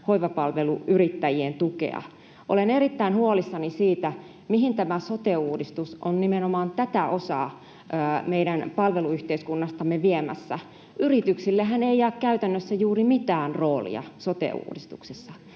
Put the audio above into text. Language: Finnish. hoivapalveluyrittäjien tukea. Olen erittäin huolissani siitä, mihin tämä sote-uudistus on nimenomaan tätä osaa meidän palveluyhteiskunnastamme viemässä. Yrityksillehän ei jää käytännössä juuri mitään roolia sote-uudistuksessa.